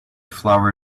flower